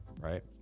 right